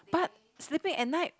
but sleeping at night